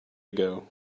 ago